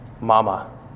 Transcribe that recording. Mama